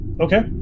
Okay